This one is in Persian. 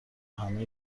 همه